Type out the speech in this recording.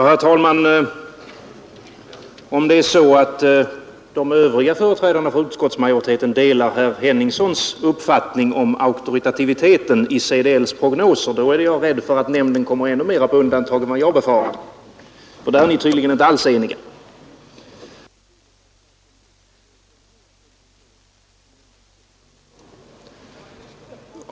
Herr talman! Om de övriga företrädarna för utskottsmajoriteten delar herr Henningssons uppfattning om auktoriteten i CDL:s prognoser, är jag rädd för att nämnden kommer ännu mera på undantag än vad jag befarade. Där är vi tydligen inte alls eniga.